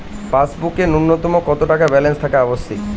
পাসবুকে ন্যুনতম কত টাকা ব্যালেন্স থাকা আবশ্যিক?